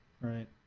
right